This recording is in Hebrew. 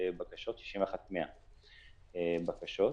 61,100 בקשות,